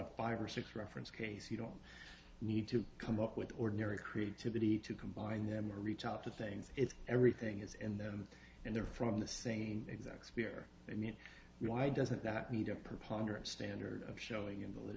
a five or six reference case you don't need to come up with ordinary creativity to combine them or reach out to things if everything is in them and they're from the same exact fear i mean why doesn't that need a preponderance standard of showing